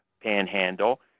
panhandle